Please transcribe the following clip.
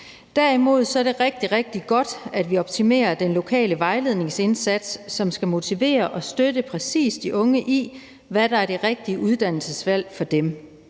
Det er rigtig, rigtig godt, at vi optimerer den lokale vejledningsindsats, som skal motivere og støtte de unge i, hvad der er det rigtige uddannelsesvalg for dem.